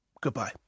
goodbye